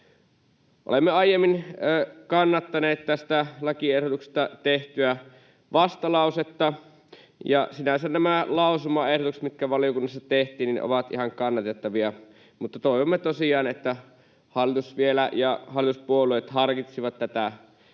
Olemme aiemmin kannattaneet tästä lakiehdotuksesta tehtyä vastalausetta, ja sinänsä nämä lausumaehdotukset, mitkä valiokunnassa tehtiin, ovat ihan kannatettavia. Mutta toivomme tosiaan, että hallitus ja hallituspuolueet vielä harkitsisivat tämän